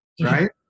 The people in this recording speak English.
Right